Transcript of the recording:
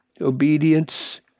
obedience